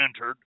entered